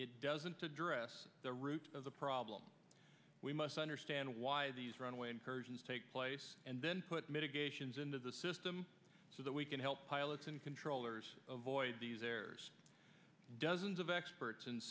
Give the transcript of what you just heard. it doesn't address the root of the problem we must understand why these runway incursions take place and then put mitigations into the system so that we can help pilots and controllers avoid these there's dozens of experts in